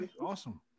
Awesome